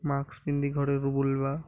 ମାକ୍ସ ପିନ୍ଧି କରି ଘରେ ବୁଲିବା